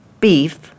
beef